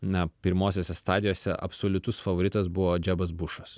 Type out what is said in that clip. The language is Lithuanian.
na pirmosiose stadijose absoliutus favoritas buvo džebas bušas